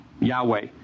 Yahweh